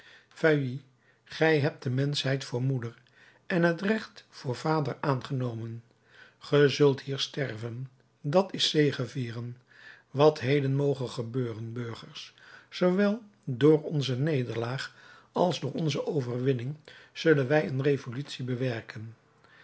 feuilly gij hebt de menschheid voor moeder en het recht voor vader aangenomen ge zult hier sterven dat is zegevieren wat heden moge gebeuren burgers zoowel door onze nederlaag als door onze overwinning zullen wij een revolutie bewerken